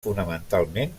fonamentalment